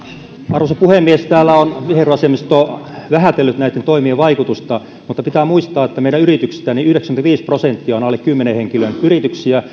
arvoisa puhemies täällä on vihervasemmisto vähätellyt näitten toimien vaikutusta mutta pitää muistaa että meidän yrityksistä yhdeksänkymmentäviisi prosenttia on alle kymmenen henkilön yrityksiä